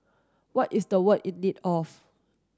what is the world in need of